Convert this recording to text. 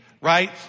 right